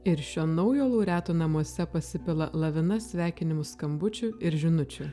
ir šio naujo laureatų namuose pasipila lavina sveikinimų skambučių ir žinučių